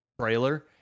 trailer